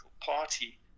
party